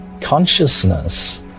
consciousness